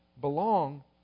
belong